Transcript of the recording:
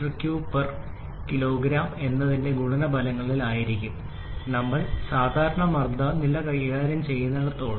001 m3 kg എന്നത്തിന്റെ ഗുണന ഫലങ്ങളിൽ ആയിരിക്കും നമ്മൾ സാധാരണ മർദ്ദം നില കൈകാര്യം ചെയ്യുന്നിടത്തോളം